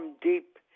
deep